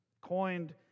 coined